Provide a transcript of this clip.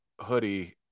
hoodie